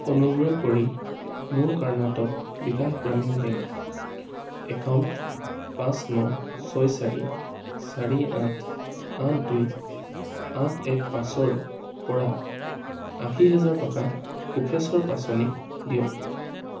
অনুগ্ৰহ কৰি মোৰ কৰ্ণাটক বিকাশ গ্ৰামীণ বেংক একাউণ্ট পাঁচ ন ছয় চাৰি চাৰি আঠ আঠ দুই আঠ এক পাঁচৰ পৰা আশী হেজাৰ টকা কোষেশ্বৰ পাছনিক দিয়ক